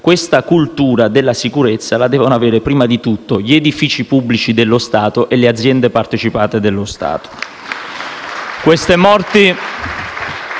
questa cultura della sicurezza la devono avere in primo luogo gli edifici pubblici dello Stato e le aziende partecipate dello Stato.